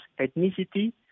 ethnicity